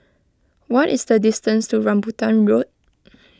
what is the distance to Rambutan Road